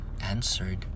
answered